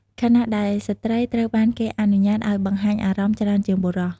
ខណៈដែលស្ត្រីត្រូវបានគេអនុញ្ញាតឱ្យ បង្ហាញអារម្មណ៍ ច្រើនជាងបុរស។